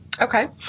Okay